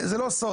זה לא סוד,